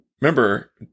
Remember